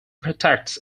protects